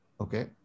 Okay